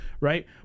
right